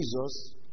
Jesus